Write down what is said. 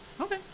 Okay